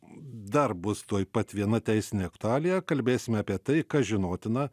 dar bus tuoj pat viena teisinė aktualija kalbėsime apie tai kas žinotina